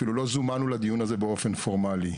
אפילו לא זומנו לדיון הזה באופן פורמלי.